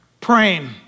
Praying